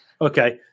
okay